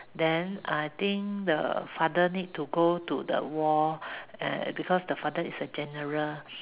then I think the father need to go to the war uh because the father is a general